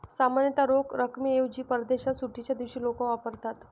सामान्यतः रोख रकमेऐवजी परदेशात सुट्टीच्या दिवशी लोक वापरतात